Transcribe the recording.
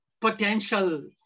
potential